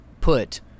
put